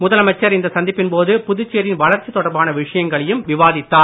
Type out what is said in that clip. முதலமைச்சர் இந்த சந்திப்பின் போது புதுச்சேரியின் வளர்ச்சி தொடர்பான விஷயங்களையும் விவாதித்தார்